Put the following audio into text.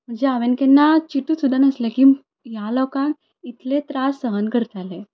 म्हणजे हांवें केन्ना चिंतू सुद्दां नासलें की ह्या लोकांक इतले त्रास सहन करताले